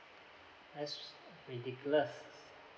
that's ridiculous